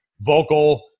vocal